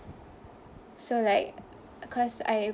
so like cause I